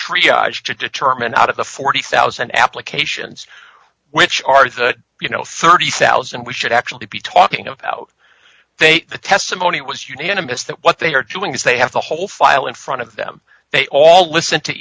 trivia to determine out of the forty thousand applications which are the you know thirty thousand we should actually be talking about they the testimony was unanimous that what they are doing is they have the whole file in front of them they all listen to